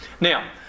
Now